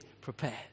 prepared